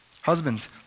Husbands